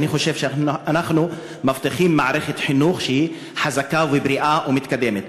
אני חושב שאנחנו מבטיחים מערכת חינוך שהיא חזקה ובריאה ומתקדמת.